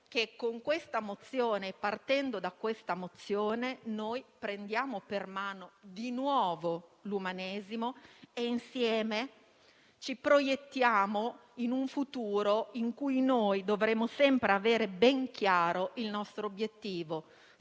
Dunque, partendo da questa mozione, noi prendiamo per mano di nuovo l'umanesimo e insieme ci proiettiamo in un futuro in cui dovremo sempre avere ben chiaro il nostro obiettivo;